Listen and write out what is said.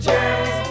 James